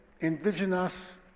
indigenous